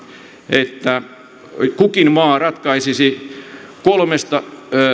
että kukin maa ratkaisisi kolmesta